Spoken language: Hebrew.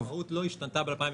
המהות לא השתנתה ב-2018.